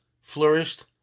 flourished